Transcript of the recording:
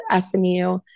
SMU